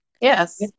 Yes